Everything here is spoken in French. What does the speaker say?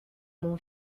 mon